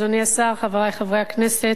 אדוני השר, חברי חברי הכנסת,